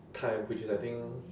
time which is I think